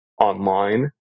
online